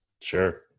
Sure